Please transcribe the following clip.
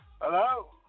Hello